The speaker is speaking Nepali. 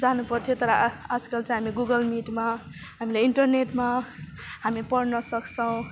जानु पर्थ्यो तर आ आजकल चाहिँ हामी गुगल मिटमा हामीले इन्टरनेटमा हामी पढ्न सक्छौँ